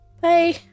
Bye